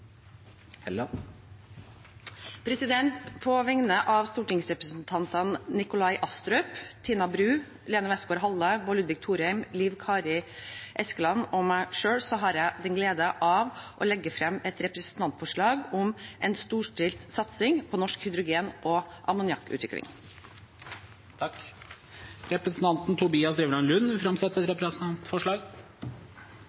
På vegne av stortingsrepresentantene Nikolai Astrup, Tina Bru, Lene Westgaard-Halle, Bård Ludvig Thorheim, Liv Kari Eskeland og meg selv har jeg gleden av å legge fram et representantforslag om en storstilt satsing på norsk hydrogen- og ammoniakkutvikling. Representanten Tobias Drevland Lund vil framsette et